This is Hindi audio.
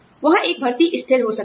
वहाँ एक भर्ती स्थिर हो सकती है